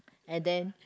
and then